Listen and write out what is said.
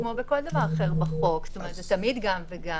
כמו בכל דבר שיש בחוק, זה תמיד גם וגם.